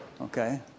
Okay